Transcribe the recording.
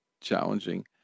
challenging